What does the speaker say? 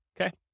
Okay